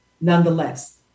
nonetheless